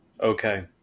Okay